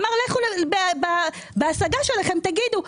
אמר: בהשגה שלכם תגידו.